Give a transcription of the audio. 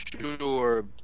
sure